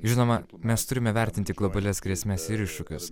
žinoma mes turime vertinti globalias grėsmes ir iššūkius